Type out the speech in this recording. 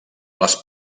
les